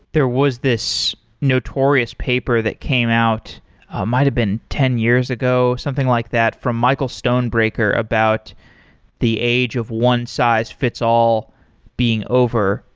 there was this notorious paper that came out, it might have been ten years ago, something like that, from michael stonebraker about the age of one-size-fits-all being over.